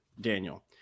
Daniel